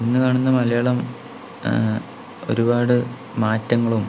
ഇന്ന് കാണുന്ന മലയാളം ഒരുപാട് മാറ്റങ്ങളും